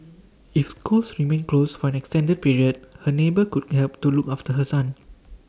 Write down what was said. if schools remain close for an extended period her neighbour could help to look after her son